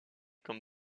comme